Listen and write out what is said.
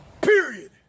Period